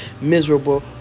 miserable